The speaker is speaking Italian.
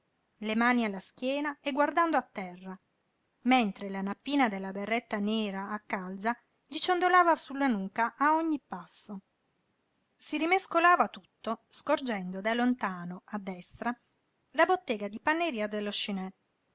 le mani alla schiena e guardando a terra mentre la nappina della berretta nera a calza gli ciondolava sulla nuca a ogni passo si rimescolava tutto scorgendo da lontano a destra la bottega di panneria dello